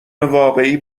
واقعی